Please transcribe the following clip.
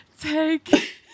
take